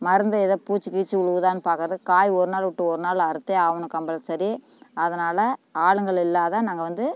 மருந்து எதோ பூச்சி கீச்சு விழுவுதானு பார்க்குறதுக்கு காய் ஒரு நாள் விட்டு ஒருநாள் அறுத்தே ஆகணும் கம்பல்சரி அதனால் ஆளுங்கள் இல்லாத நாங்கள் வந்து